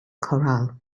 corral